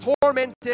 tormented